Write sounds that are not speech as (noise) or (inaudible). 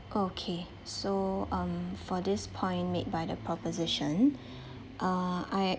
okay so um for this point made by the proposition (breath) uh I